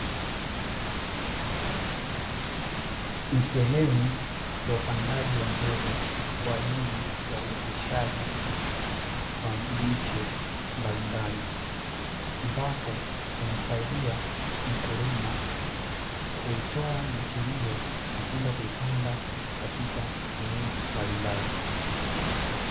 Ni sehemu ya upandaji wa mbegu kwa ajili ya uoteshaji wa miche mbalimbali, ambapo humsaidia mkulima kuitoa miche hiyo na kwenda kuipanda katika sehemu mbalimbali.